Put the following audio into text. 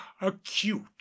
acute